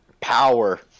Power